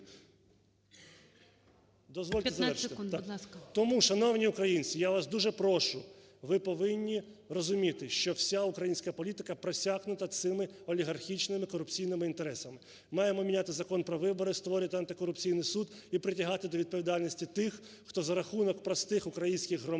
Тому, шановні українці, я вас дуже прошу, ви повинні розуміти, що вся українська політика просякнута цими олігархічними корупційними інтересами. Маємо міняти Закон про вибори, створювати антикорупційний суд і притягати до відповідальності тих, хто за рахунок простих українських громадян